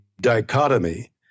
dichotomy